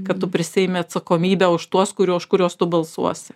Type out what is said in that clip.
kad tu prisiimi atsakomybę už tuos kuriuo už kuriuos tu balsuosi